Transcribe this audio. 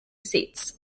seats